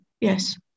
yes